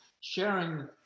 sharing